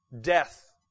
Death